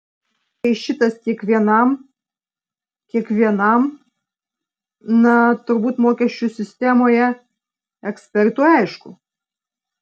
tai šitas kiekvienam kiekvienam na turbūt mokesčių sistemoje ekspertui aišku